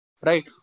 right